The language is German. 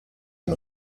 den